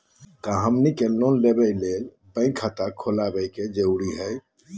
का हमनी के लोन लेबे ला बैंक खाता खोलबे जरुरी हई?